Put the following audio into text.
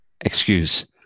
excuse